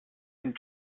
and